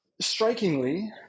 strikingly